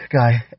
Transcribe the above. guy